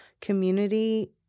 community